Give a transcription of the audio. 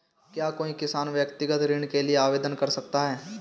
क्या कोई किसान व्यक्तिगत ऋण के लिए आवेदन कर सकता है?